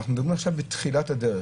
אנחנו מדברים עכשיו בתחילת הדרך